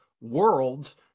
worlds